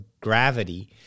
gravity